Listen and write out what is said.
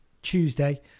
Tuesday